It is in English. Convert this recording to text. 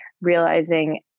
realizing